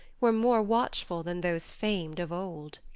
were more watchful than those famed of old.